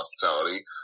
hospitality